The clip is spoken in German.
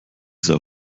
sei